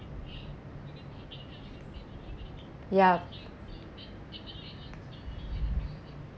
yup